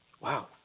Wow